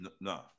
No